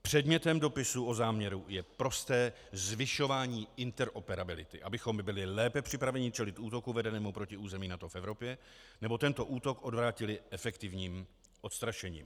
Předmětem dopisu o záměru je prosté zvyšování interoperability, abychom my byli lépe připraveni čelit útoku vedenému proti území NATO v Evropě nebo tento útok odvrátili efektivním odstrašením.